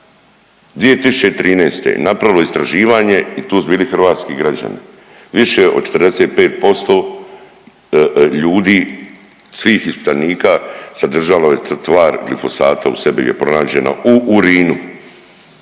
2013. je napravilo istraživanje i tu su bili hrvatski građani. Više od 45% ljudi svih ispitanika sadržalo je tvar glifosata u sebi je pronađeno u urinu.